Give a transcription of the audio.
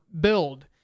build